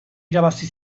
irabazi